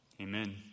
Amen